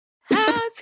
Happy